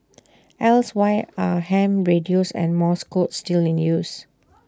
else why are ham radios and morse code still in use